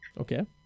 Okay